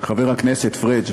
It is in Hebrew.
חבר הכנסת פריג',